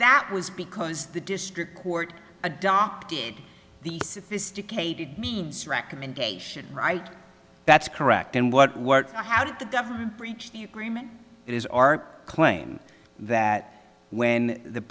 that was because the district court adopted the sophisticated recommendation right that's correct and what worked how did the government breach the agreement it is our claim that when the